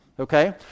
Okay